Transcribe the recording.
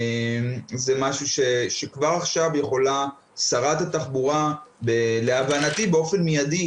זה משהו שכבר עכשיו יכולה שרת התחבורה להבנתי באופן מיידי,